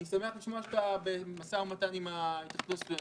אני שמח לשמוע שאתה במשא ומתן עם התאחדות הסטודנטים.